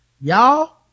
y'all